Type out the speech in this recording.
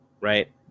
Right